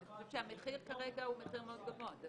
אני חושב שהמחיר כרגע הוא מחיר מאוד גבוה.